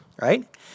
right